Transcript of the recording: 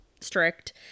strict